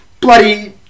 bloody